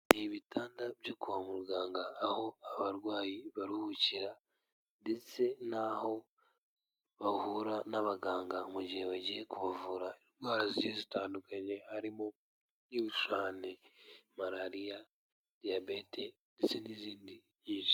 Ni ibitanda byo kwa muganga aho abarwayi baruhukira ndetse n'aho bahura n'abaganga mu gihe bagiye kubavura indwara zitandukanye, harimo nk'ibicurane, malariya, diyabete ndetse n'izindi nyinshi.